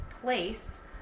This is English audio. place